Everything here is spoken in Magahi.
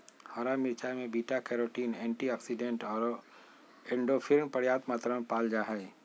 हरा मिरचाय में बीटा कैरोटीन, एंटीऑक्सीडेंट आरो एंडोर्फिन पर्याप्त मात्रा में पाल जा हइ